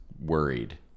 worried